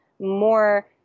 more